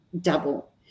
double